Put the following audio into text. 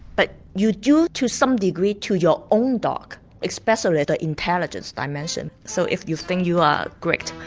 but you do to some degree to your own dog, especially the intelligence dimension. so if you think you are great,